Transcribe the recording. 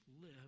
live